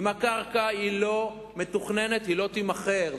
אם הקרקע לא מתוכננת, היא לא תימכר.